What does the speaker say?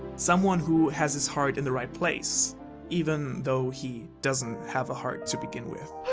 someone who has his heart in the right place even though he doesn't have a heart to begin with.